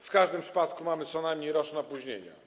W każdym przypadku mamy co najmniej roczne opóźnienia.